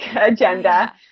agenda